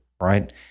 right